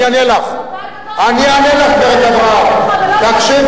אני אענה לך עכשיו.